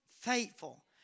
faithful